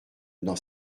dans